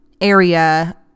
area